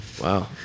Wow